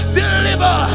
deliver